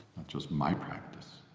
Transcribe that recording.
just my'-practice